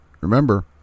Remember